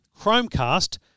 Chromecast